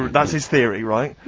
that's his theory right?